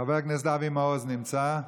חבר הכנסת אבי מעוז, לא נמצא.